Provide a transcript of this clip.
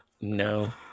No